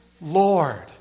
Lord